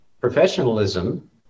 professionalism